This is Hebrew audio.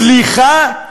סליחה?